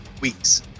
weeks